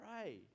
pray